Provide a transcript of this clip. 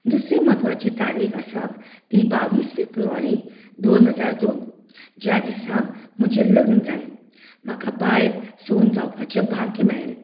दुसरी म्हत्वाची तारीख आसा ती बावीस फेब्रुवारी दोन हजार दोन ज्या दिसा म्हजें लग्न जालें म्हाका बायल सून जावपाचें भाग्य मेळ्ळें